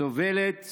סובלת